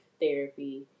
therapy